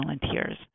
volunteers